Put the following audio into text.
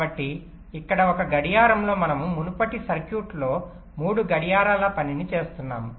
కాబట్టి ఇక్కడ ఒక గడియారంలో మనము మునుపటి సర్క్యూట్లో 3 గడియారాల పనిని చేస్తున్నాము